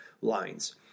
lines